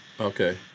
okay